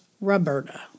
Roberta